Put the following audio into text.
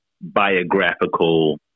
biographical